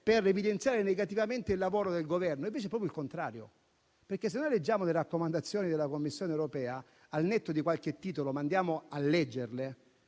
per evidenziare negativamente il lavoro del Governo, invece è proprio il contrario, perché se leggiamo le raccomandazioni della Commissione europea, al netto di qualche titolo, ma leggendole